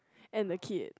and the kid